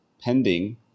pending